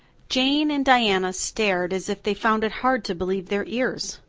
jane and diana stared as if they found it hard to believe their ears.